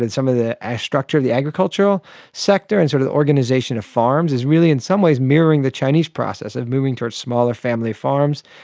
some of the ah structure of the agricultural sector and sort of organisation of farms is really in some ways mirroring the chinese process of moving towards smaller family farms,